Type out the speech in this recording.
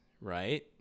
right